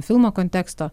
filmo konteksto